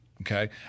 okay